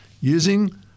using